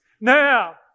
Now